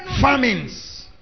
famines